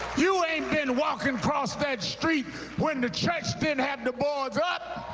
you ain't been walking across that street when the church didn't have the boards up.